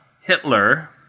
Hitler